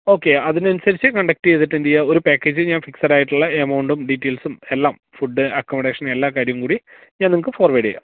okay അതിനനുസരിച്ച് conduct ചെയ്തിട്ട് എന്തു ചെയ്യാം ഒരു പാക്കേജ് ഞാൻ ഫിക്സ്ഡായിട്ടുള്ള എമൗണ്ടും ഡിറ്റൈല്സും എല്ലാം ഫുഡ് അക്കോമഡേഷൻ എല്ലാ കാര്യവും കൂടി ഞാൻ നിങ്ങള്ക്ക് ഫോർവേഡ് ചെയ്യാം